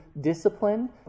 discipline